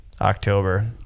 october